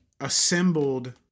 assembled